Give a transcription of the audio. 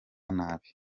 nabi